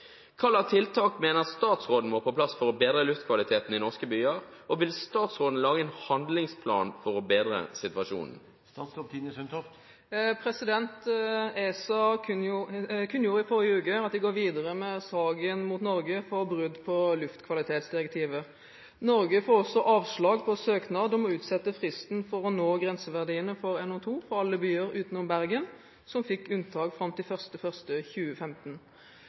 Hvilke tiltak mener statsråden må på plass for å bedre luftkvaliteten i norske byer, og vil statsråden lage en handlingsplan for å bedre situasjonen?» ESA kunngjorde i forrige uke at de går videre med saken mot Norge for brudd på luftkvalitetsdirektivet. Norge får også avslag på søknad om å utsette fristen for å nå grenseverdiene for NO2 for alle byer utenom Bergen, som fikk unntak fram til 1. januar 2015.